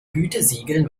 gütesiegeln